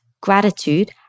gratitude